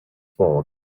fog